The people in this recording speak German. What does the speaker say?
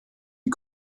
die